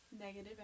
negative